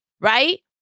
right